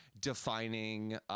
defining